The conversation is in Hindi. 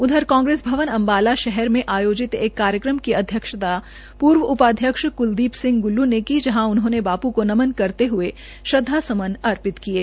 उधर कांगेस भवन अम्बाला में आयोजित एक कार्यक्रम की अध्यक्षता पूर्व उपाध्यक्ष कुलदीप सिंह गुल्लू ने की जहां उन्होंने बापू को नमन करते हये श्रदांसुमन अर्पित किये